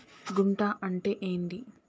గుంట అంటే ఏంది?